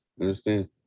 understand